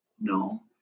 No